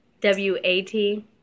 W-A-T